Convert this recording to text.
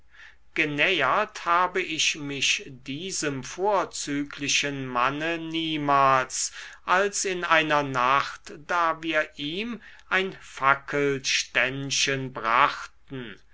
genähert habe ich mich diesem vorzüglichen manne niemals als in einer nacht da wir ihm ein fackelständchen brachten